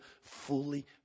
fully